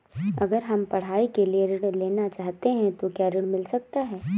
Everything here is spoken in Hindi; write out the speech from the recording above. अगर हम पढ़ाई के लिए ऋण लेना चाहते हैं तो क्या ऋण मिल सकता है?